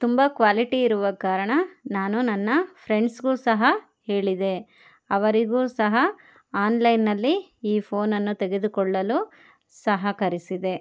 ತುಂಬ ಕ್ವಾಲಿಟಿ ಇರುವ ಕಾರಣ ನಾನು ನನ್ನ ಫ್ರೆಂಡ್ಸಿಗೂ ಸಹ ಹೇಳಿದೆ ಅವರಿಗೂ ಸಹ ಆನ್ಲೈನ್ನ್ನಲ್ಲಿ ಈ ಫೋನನ್ನು ತೆಗೆದುಕೊಳ್ಳಲು ಸಹಕರಿಸಿದೆ